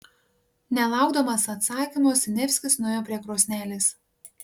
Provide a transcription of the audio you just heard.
nelaukdamas atsakymo siniavskis nuėjo prie krosnelės